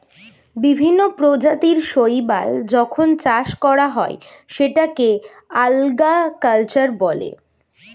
বিভিন্ন প্রজাতির শৈবাল যখন চাষ করা হয় সেটাকে আল্গা কালচার বলে